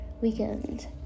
weekend